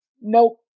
nope